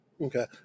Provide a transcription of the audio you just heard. okay